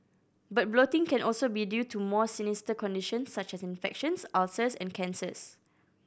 but bloating can also be due to more sinister conditions such as infections ulcers and cancers